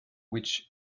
which